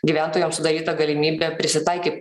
gyventojams sudaryta galimybė prisitaikyt